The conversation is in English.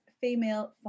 Female